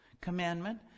commandment